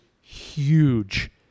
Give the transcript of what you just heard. huge